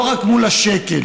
לא רק מול השקל.